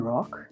Rock